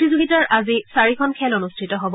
প্ৰতিযোগিতাৰ আজি চাৰিখন খেল অনুষ্ঠিত হ'ব